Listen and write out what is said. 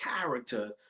character